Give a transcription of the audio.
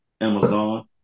Amazon